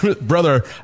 Brother